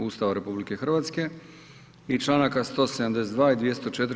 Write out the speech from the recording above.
Ustava RH i članaka 172. i 204.